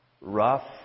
Rough